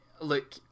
Look